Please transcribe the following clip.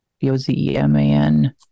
B-O-Z-E-M-A-N